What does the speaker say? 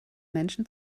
menschen